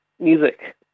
music